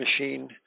machine